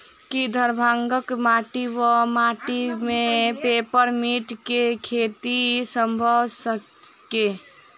की दरभंगाक माटि वा माटि मे पेपर मिंट केँ खेती सम्भव छैक?